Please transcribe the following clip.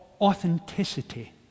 authenticity